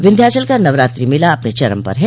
विन्ध्याचल का नवरात्रि मेला अपने चरम पर है